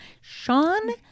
Sean